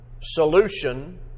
solution